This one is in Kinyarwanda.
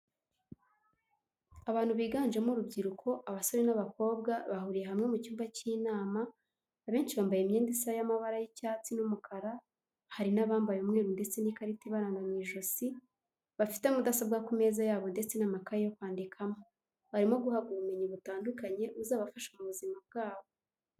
Abantu biganjemo urubyiruko abasore n'abakobwa bahuriye hamwe mu cyumba cy'inama abenshi bambaye imyenda isa y'amabara y'icyatsi n'umukara, hari n'abambaye umweru ndetse n'ikarita ibaranga mu ijosi bafite mudasobwa ku meza yabo ndetse n'amakaye yo kwandikamo, barimo guhabwa ubumenyi butandukanye buzabafasha mu buzima bwabo.